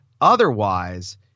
otherwise